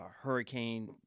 hurricane